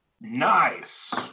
Nice